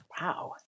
Wow